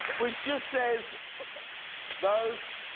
which just says those